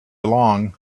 along